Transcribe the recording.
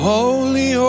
Holy